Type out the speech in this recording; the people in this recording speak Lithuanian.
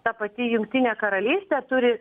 ta pati jungtinė karalystė turi